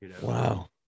Wow